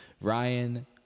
Ryan